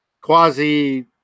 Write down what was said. Quasi